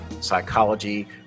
psychology